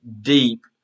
deep